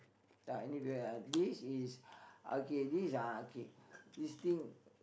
ya anyway this is okay these are okay this thing